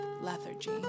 lethargy